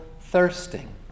thirsting